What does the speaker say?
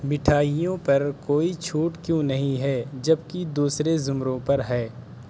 مٹھائیوں پر کوئی چھوٹ کیوں نہیں ہے جب کہ دوسرے زمروں پر ہے